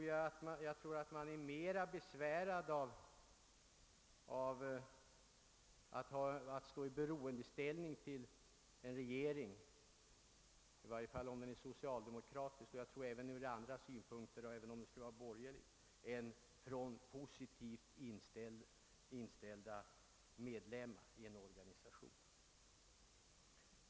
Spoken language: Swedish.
Man skulle känna sig mera besvärad av att stå i beroendeställning till en regering — i varje fall om den är socialdemokratisk och, tror jag, även om den skulle vara borgerlig — än till positivt inställda medlemmar i en organisation.